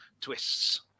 twists